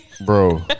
Bro